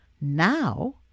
Now